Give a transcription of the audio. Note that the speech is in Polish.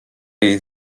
jej